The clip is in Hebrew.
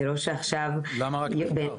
למה רק מחקר?